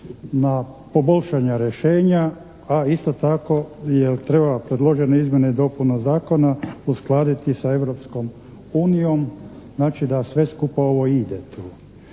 na poboljšana rješenja, a isto tako jer treba predložene izmjene i dopune zakona uskladiti sa Europskom unijom. Znači da sve skupa ovo ide tu.